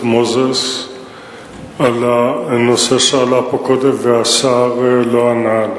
מוזס על הנושא שעלה פה קודם והשר לא ענה עליו.